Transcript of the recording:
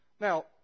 Now